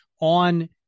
on